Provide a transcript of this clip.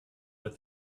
what